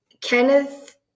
Kenneth